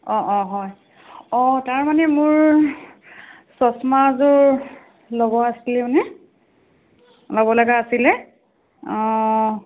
অঁ অঁ হয় অঁ তাৰমানে মোৰ চশমাযোৰ ল'ব আছিলে মানে ল'ব লগা আছিলে অঁ